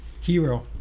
Hero